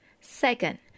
Second